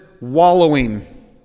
wallowing